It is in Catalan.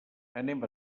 anem